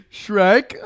shrek